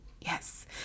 Yes